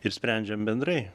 ir sprendžiam bendrai